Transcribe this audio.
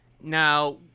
now